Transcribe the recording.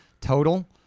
total